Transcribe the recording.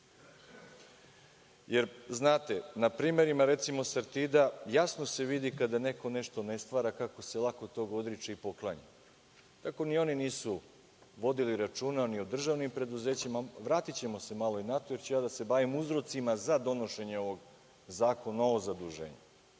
Vučića. Znate, na primerima, recimo „Sartida“, jasno se vidi kada neko nešto ne stvara, kako se lako tog odriče i poklanja. Tako ni oni nisu vodili računa ni o državnim preduzećima, vratićemo se malo i na to, jer ću da se bavim uzrocima za donošenje ovog zakona, novo zaduženje. Imali